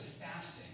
fasting